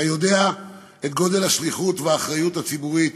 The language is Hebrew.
אתה יודע את גודל השליחות והאחריות הציבורית